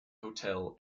hotel